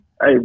hey